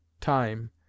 time